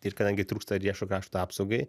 ir kadangi trūksta lėšų krašto apsaugai